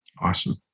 Awesome